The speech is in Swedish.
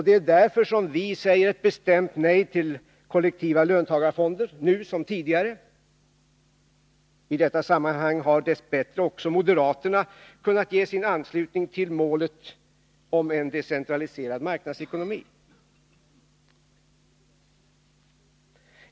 Det är därför som vi säger ett bestämt nej till kollektiva löntagarfonder, nu som tidigare. I detta sammanhang har dess bättre också moderaterna kunnat ansluta sig till målet om en decentralisad marknadsekonomi.